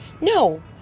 No